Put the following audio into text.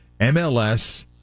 MLS